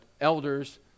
elders